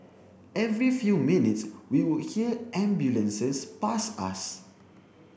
every few minutes we would hear ambulances pass us